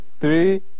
three